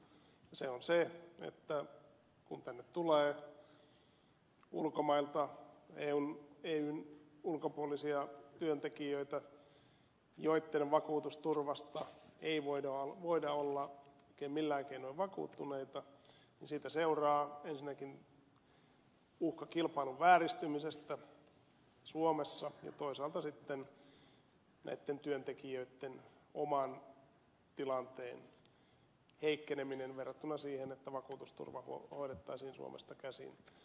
se on se että kun tänne tulee ulkomailta eun ulkopuolisia työntekijöitä joitten eläketurvasta ei voida olla oikein millään keinoin vakuuttuneita siitä seuraa ensinnäkin uhka kilpailun vääristymisestä suomessa ja toisaalta sitten näitten työntekijöitten oman tilanteen heikkeneminen verrattuna siihen että eläketurva hoidettaisiin suomesta käsin